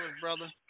brother